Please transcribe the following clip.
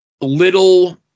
little